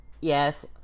yes